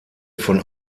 von